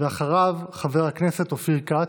אחריו, חבר הכנסת אופיר כץ.